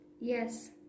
Yes